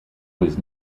was